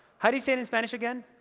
how do you say it in spanish again?